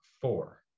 four